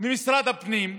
ממשרד הפנים,